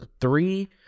three